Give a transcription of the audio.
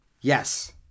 Yes